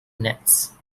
nets